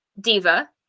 diva